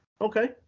okay